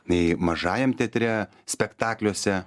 nei mažajam teatre spektakliuose